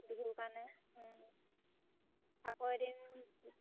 বিহুৰ কাৰণে আকৌ এদিন যাম